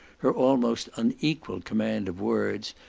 her almost unequalled command of words,